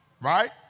right